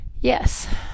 Yes